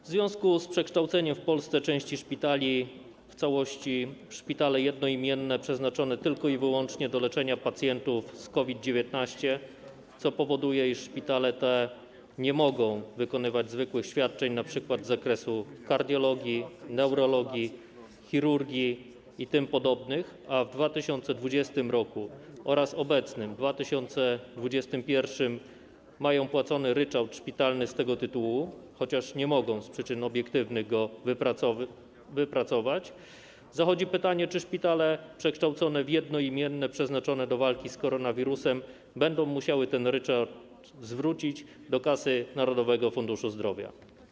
W związku z przekształceniem w Polsce części szpitali w całości w szpitale jednoimienne przeznaczone tylko i wyłącznie do leczenia pacjentów z COVID-19, co powoduje, iż szpitale te nie mogą wykonywać zwykłych świadczeń, np. z zakresu kardiologii, neurologii, chirurgii i tym podobnych, a w 2020 r. miały oraz w obecnym - 2021 r. mają płacony ryczałt szpitalny z tego tytułu, chociaż nie mogą z przyczyn obiektywnych go wypracować, powstaje pytanie, czy szpitale przekształcone w jednoimienne przeznaczone do walki z koronawirusem będą musiały ten ryczałt zwrócić do kasy Narodowego Funduszu Zdrowia.